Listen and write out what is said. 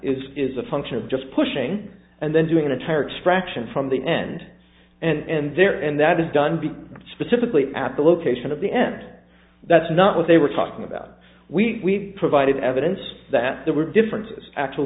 is is a function of just pushing and then doing an entire extraction from the end and there and that is done by specifically at the location at the end that's not what they were talking about we provided evidence that there were differences actual